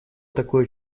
такое